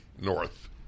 north